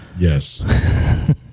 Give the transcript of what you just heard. yes